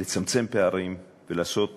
לצמצם פערים ולעשות